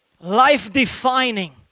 life-defining